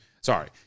Sorry